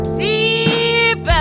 deep